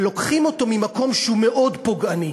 ולוקחים אותו ממקום שהוא מאוד פוגעני.